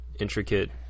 intricate